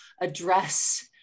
address